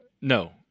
no